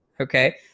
okay